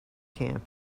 camp